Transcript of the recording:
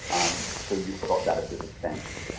so you've got that as a defense.